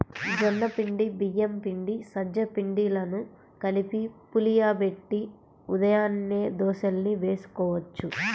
జొన్న పిండి, బియ్యం పిండి, సజ్జ పిండిలను కలిపి పులియబెట్టి ఉదయాన్నే దోశల్ని వేసుకోవచ్చు